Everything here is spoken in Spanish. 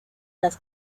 las